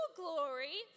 glory